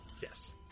Yes